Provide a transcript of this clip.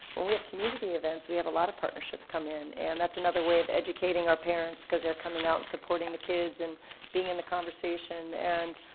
when we have community events, we have a lot of partnerships come in, and that's another way of educating our parents because they're coming out and supporting the kids and being in the conversation. and